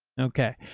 okay.